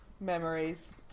Memories